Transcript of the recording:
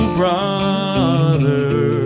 brother